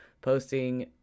posting